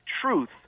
truth